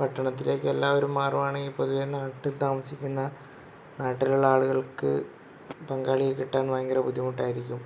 പട്ടണത്തിലേക്ക് എല്ലാവരും മാറുവാണെങ്കിൽ പൊതുവേ നാട്ടിൽ താമസിക്കുന്ന നാട്ടിലുള്ള ആളുകൾക്ക് പങ്കാളിയെ കിട്ടാൻ ഭയങ്കര ബുദ്ധിമുട്ടായിരിക്കും